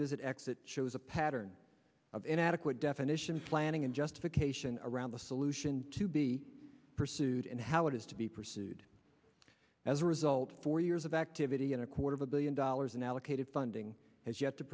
visit exit shows a pattern of inadequate definition of planning and justification around the solution to be pursued and how it is to be pursued as a result four years of activity and a quarter of a billion dollars in allocated funding